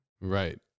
Right